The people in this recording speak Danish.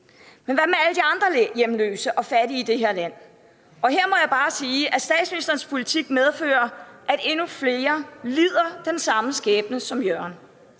Men hvad med alle de andre hjemløse og fattige i det her land? Her må jeg bare sige, at statsministerens politik medfører, at endnu flere lider den samme skæbne som Jørgen.